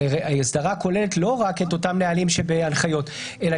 הרי אסדרה כוללת לא רק את אותם נהלים שבהנחיות אלא